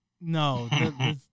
No